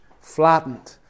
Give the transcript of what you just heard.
flattened